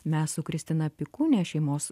mes su kristina pikūne šeimos